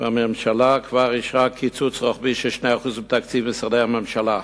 והממשלה כבר אישרה קיצוץ רוחבי של 2% בתקציב משרדי הממשלה,